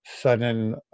sudden